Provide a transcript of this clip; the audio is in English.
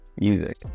music